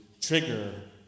trigger